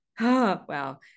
Wow